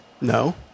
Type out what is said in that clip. No